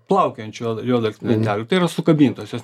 plaukiojančių juodalksnio lentelių tai yra sukabintos jos